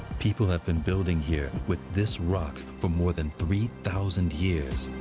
people have been building here, with this rock, for more than three thousand years.